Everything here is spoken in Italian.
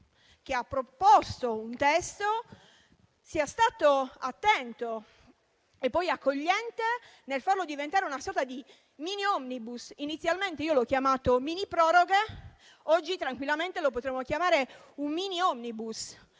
che ha proposto un testo, sia stato attento e poi accogliente nel farlo diventare una sorta di mini *omnibus*. Inizialmente l'ho chiamato mini proroghe e oggi tranquillamente lo potremmo chiamare un mini *omnibus*.